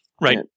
Right